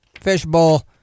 Fishbowl